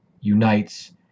unites